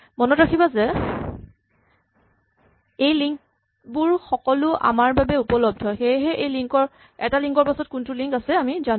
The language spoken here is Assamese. মনত ৰাখিবা যে এই লিংক বোৰ সকলো আমাৰ বাবে উপলব্ধ সেয়েহে এটা লিংক ৰ পাছত কোনটো লিংক আছে জানো